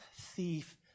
thief